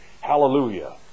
hallelujah